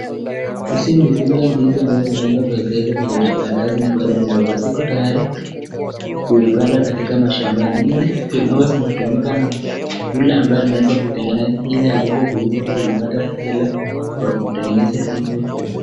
Hizi ni zile ndizi ambazo zimeweza kuekezwa kwenye vikaratasi bado ni ndogo na ziko tayari kupandwa katika mashamba. Hizi ni zile zinatumika na yule ambaye ameweza kutengeneza ili aweze kuuza na kupata hela kwa kutengeneza hivi.